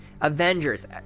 Avengers